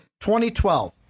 2012